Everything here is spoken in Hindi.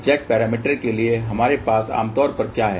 Z पैरामीटर के लिए हमारे पास आमतौर पर क्या है